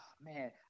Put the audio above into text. Man